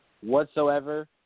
whatsoever